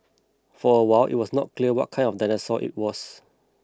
for a while it was not clear what kind of dinosaur it was